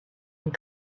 and